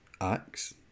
acts